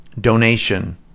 donation